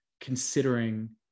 considering